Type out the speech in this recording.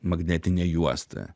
magnetinę juostą